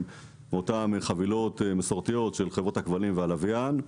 מאותן חבילות מסורתיות של חברות הכבלים והלוויין.